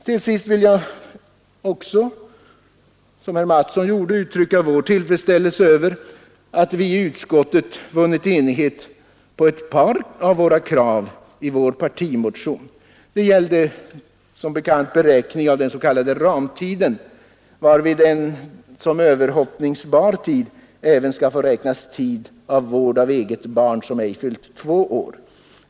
Till sist vill jag — liksom herr Mattsson i Skee gjorde för sitt partis räkning — uttrycka vår tillfredsställelse med att det varit möjligt att i utskottet vinna enighet om ett par av kraven i vår partimotion. Det gäller beräkningen av den s.k. ramtiden, varvid som överhoppningsbar tid även skall få räknas tid för vård av eget barn som ej fyllt två år.